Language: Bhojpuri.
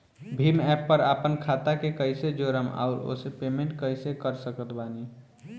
भीम एप पर आपन खाता के कईसे जोड़म आउर ओसे पेमेंट कईसे कर सकत बानी?